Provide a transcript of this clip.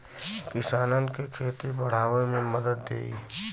किसानन के खेती बड़ावे मे मदद देई